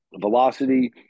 velocity